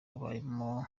wabayemo